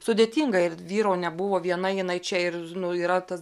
sudėtinga ir vyro nebuvo viena jinai čia ir žinau yra tas